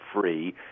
free